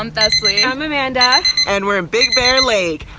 i'm thesley, i'm amanda. and we're in big bear lake.